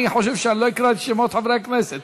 אני חושב שאני לא אקרא את שמות חברי הכנסת.